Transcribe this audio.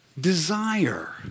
desire